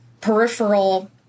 peripheral